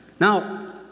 Now